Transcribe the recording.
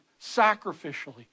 sacrificially